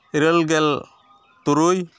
ᱤᱨᱟᱹᱞ ᱜᱮᱞ ᱛᱩᱨᱩᱭ